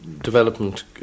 Development